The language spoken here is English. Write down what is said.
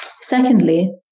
Secondly